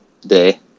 day